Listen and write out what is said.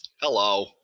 Hello